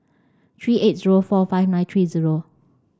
three eight zero four five nine three zero